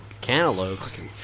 cantaloupes